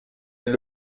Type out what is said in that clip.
elle